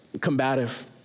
combative